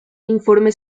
informe